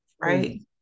right